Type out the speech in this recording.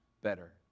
better